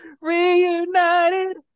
Reunited